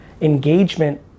Engagement